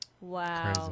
Wow